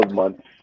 months